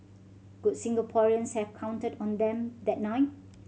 could Singaporeans have counted on them that night